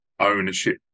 ownership